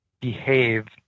behave